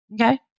Okay